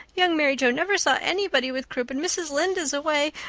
young mary joe never saw anybody with croup and mrs. lynde is away.